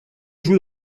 joue